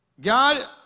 God